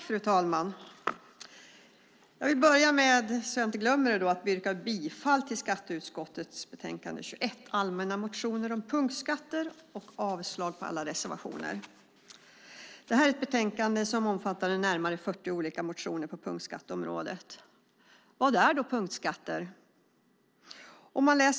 Fru talman! Jag yrkar bifall till skatteutskottets förslag i betänkande 21 Allmänna motioner om punktskatter och avslag på samtliga reservationer. Betänkandet omfattar närmare 40 motioner på punktskatteområdet. Vad är då punktskatter?